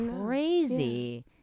crazy